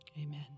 Amen